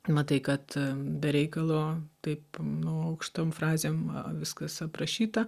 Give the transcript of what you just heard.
matai kad be reikalo taip nu aukštom frazėm viskas aprašyta